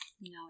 No